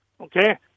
okay